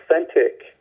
authentic